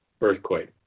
earthquake